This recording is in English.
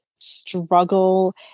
struggle